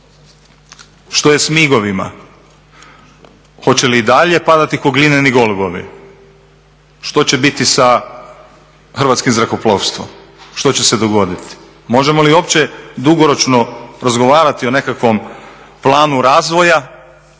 Što je sa migovima, hoće li i dalje padati kao glineni golubovi? Što će biti sa hrvatskim zrakoplovstvom, što će se dogoditi? Možemo li uopće dugoročno razgovarati o nekakvom planu razvoja